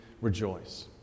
rejoice